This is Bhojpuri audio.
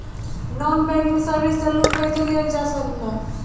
नॉन बैंकिंग सर्विस से लोन कैसे लेल जा ले?